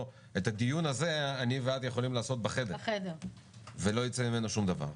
את הדיון הזה אני ואת יכולים לעשות בחדר ולא יצא ממנו שום דבר.